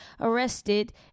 arrested